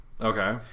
Okay